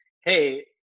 hey